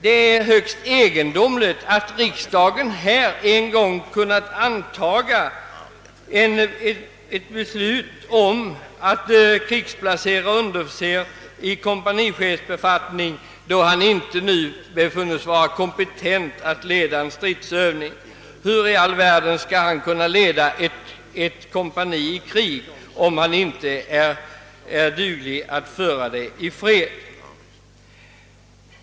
Det är högst egendomligt att riksdagen en gång kunnat fatta beslut om att krigsplacera underofficer i kompanichefsbefattning då han nu inte befinnes kompetent att leda en stridsövning. Hur i all världen skall han kunna leda ett kompani i krig om han inte duger till att göra det i fred?